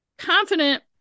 confident